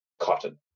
cotton